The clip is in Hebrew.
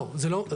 לא, זה לא.